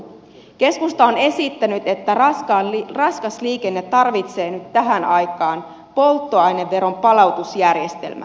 keskusta on esittänyt että raskas liikenne tarvitsee nyt tähän aikaan polttoaineveron palautusjärjestelmän